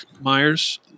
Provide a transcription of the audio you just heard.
Myers